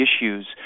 issues